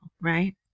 right